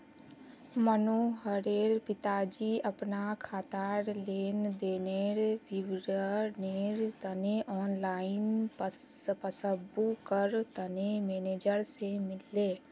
मनोहरेर पिताजी अपना खातार लेन देनेर विवरनेर तने ऑनलाइन पस्स्बूकर तने मेनेजर से मिलले